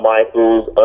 Michaels